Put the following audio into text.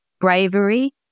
bravery